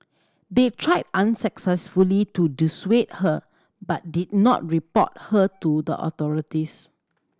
they tried unsuccessfully to dissuade her but did not report her to the authorities